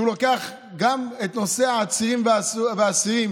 שלוקח גם את נושא העצירים והאסירים.